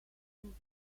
een